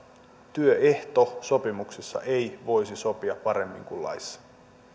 työehtosopimuksessa ei voisi sopia paremmin kuin laissa